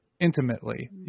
intimately